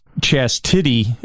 Chastity